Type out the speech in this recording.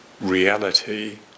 reality